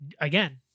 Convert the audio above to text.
again